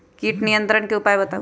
किट नियंत्रण के उपाय बतइयो?